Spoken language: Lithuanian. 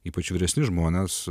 ypač vyresni žmonės